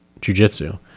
jujitsu